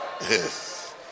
Yes